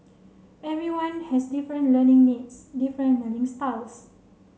everyone has different learning needs different learning styles